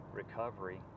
recovery